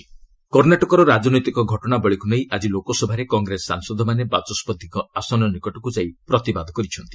LS Congress protest କର୍ଷ୍ଣାଟକର ରାଜନୈତିକ ଘଟଣାବଳୀକୁ ନେଇ ଆଜି ଲୋକସଭାରେ କଂଗ୍ରେସ ସାଂସଦମାନେ ବାଚସ୍କତିଙ୍କ ଆସନ ନିକଟକୁ ଯାଇ ପ୍ରତିବାଦ କରିଛନ୍ତି